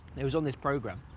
it was on this program.